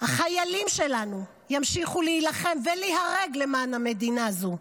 החיילים שלנו ימשיכו להילחם ולהיהרג למען המדינה הזו,